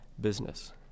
business